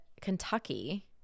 Kentucky